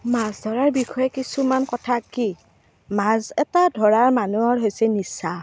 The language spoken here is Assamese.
মাছ ধৰাৰ বিষয়ে কিছুমান কথা কি মাছ এটা ধৰা মানুহৰ হৈছে নিচা